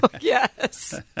Yes